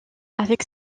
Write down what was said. avec